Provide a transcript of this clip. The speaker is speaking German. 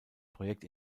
projekt